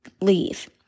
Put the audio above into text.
leave